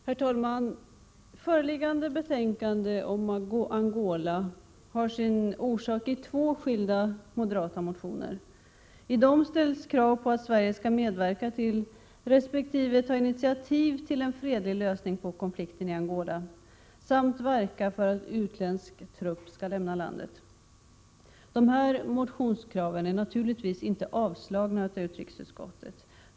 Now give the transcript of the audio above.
Herr talman! Föreliggande betänkande om Angola har orsakats av två skilda moderata motioner. I dem ställs krav på att Sverige skall medverka till, resp. ta initiativ till en fredlig lösning av konflikten i Angola samt verka för att utländsk trupp skall lämna landet. Dessa motionskrav är naturligtvis inte avstyrkta i utrikesutskottet.